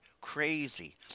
crazy